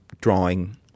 drawing